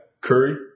Curry